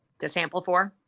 the sample for?